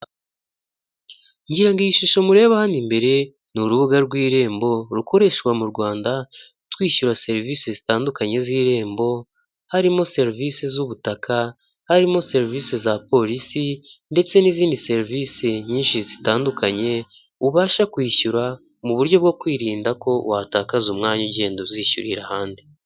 Ngira ngo iyi shusho mureba hano imbere ni urubuga rw'irembo rukoreshwa mu Rwanda twishyura serivisi zitandukanye z'irembo, harimo serivisi z'ubutaka, harimo serivisi za polisi ndetse n'izindi serivisi nyinshi zitandukanye ubasha kwishyura mu buryo bwo kwirinda ko watakaza umwanya ugenda uzishyurira ahandi.